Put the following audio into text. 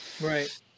Right